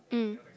mm